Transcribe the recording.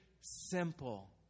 simple